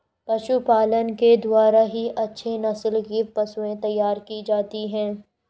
पशुपालन के द्वारा ही अच्छे नस्ल की पशुएं तैयार की जाती है